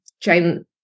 Jane